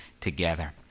together